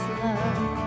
love